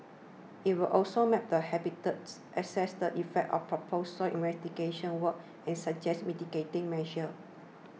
it will also map the habitats assess the effects of proposed soil investigation works and suggest mitigating measures